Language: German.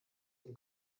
den